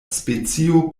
specio